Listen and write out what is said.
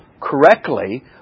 correctly